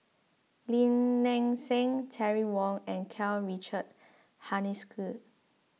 Lim Nang Seng Terry Wong and Karl Richard Hanitsch